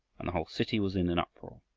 and the whole city was in an uproar.